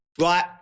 Right